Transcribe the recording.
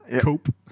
Cope